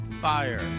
fire